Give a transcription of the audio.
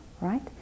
right